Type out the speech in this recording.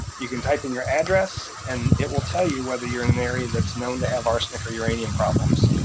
you can type in your address and it will tell you whether you're in an area that's known to have arsenic or uranium problems,